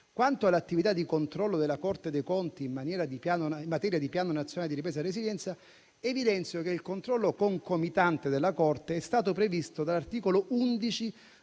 Quanto all'attività di controllo della Corte dei conti in materia di Piano nazionale di ripresa e resilienza, evidenzio che il controllo concomitante della Corte è stato previsto dall'articolo 11